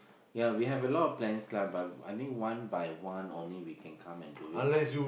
ya we have a lot of plans lah but I think one by one only we can come and do it